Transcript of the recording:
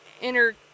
inner